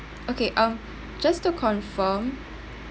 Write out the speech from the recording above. okay um just to confirm